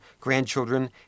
grandchildren